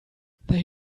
they